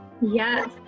Yes